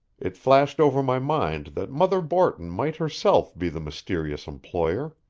it flashed over my mind that mother borton might herself be the mysterious employer.